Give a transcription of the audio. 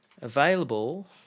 Available